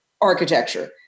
architecture